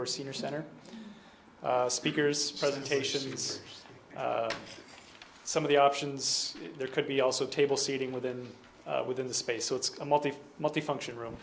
or senior center speakers presentations some of the options there could be also table seating within within the space so it's a multi multi function room